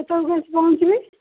କେତେବେଳକୁ ଆସି ପହଞ୍ଚିବେ